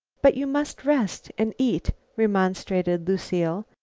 but you must rest and eat, remonstrated lucile.